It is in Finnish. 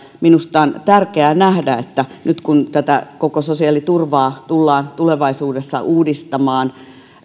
minusta on tärkeää nähdä että nyt kun tätä koko sosiaaliturvaa tullaan tulevaisuudessa uudistamaan